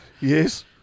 Yes